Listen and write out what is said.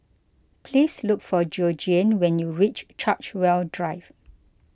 please look for Georgiann when you reach Chartwell Drive